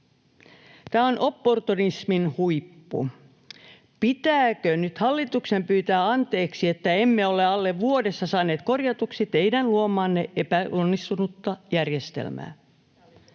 Tämä on opportunismin huippu. Pitääkö nyt hallituksen pyytää anteeksi, että emme ole alle vuodessa saaneet korjatuksi teidän luomaanne epäonnistunutta järjestelmää?